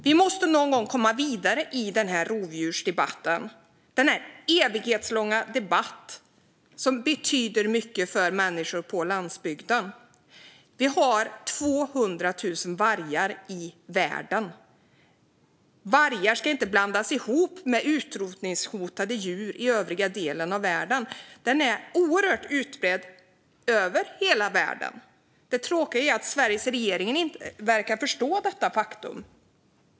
Vi måste någon gång komma vidare i rovdjursdebatten - denna evighetslånga debatt som betyder mycket för människor på landsbygden. Det finns 200 000 vargar i världen. Vargen ska inte blandas ihop med utrotningshotade djur i övriga delar av världen. Den är oerhört utbredd över hela världen. Det tråkiga är att Sveriges regering inte verkar förstå detta faktum.